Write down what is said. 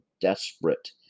desperate